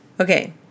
Okay